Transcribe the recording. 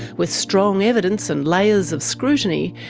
with strong evidence and layers of scrutiny,